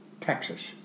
Texas